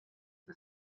the